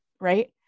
right